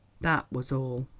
that was all.